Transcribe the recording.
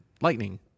Lightning